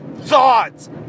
thoughts